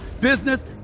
business